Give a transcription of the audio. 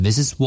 Mrs